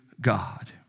God